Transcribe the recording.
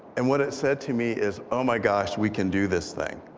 and what it said to me is, oh, my gosh, we can do this thing.